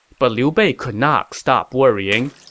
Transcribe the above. but liu bei could not stop worrying.